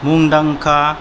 मुंदांखा